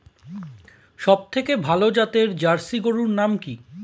সবথেকে ভালো জাতের জার্সি গরুর নাম কি?